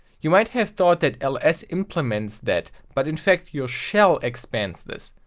you might have thought that ls implements that, but infact your shell expands this.